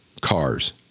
cars